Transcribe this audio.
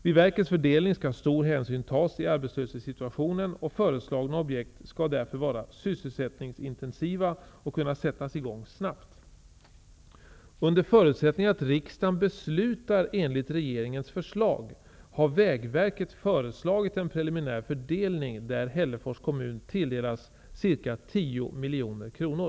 Vid verkets fördelning skall stor hänsyn tas till arbetslöshetssituationen, och föreslagna objekt skall därför vara sysselsättningsintensiva och kunna sättas i gång snabbt. Under förutsättning att riksdagen beslutar enligt regeringens förslag har Vägverket föreslagit en preliminär fördelning där Hällefors kommun tilldelas ca 10 miljoner kronor.